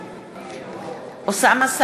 בעד אוסאמה סעדי,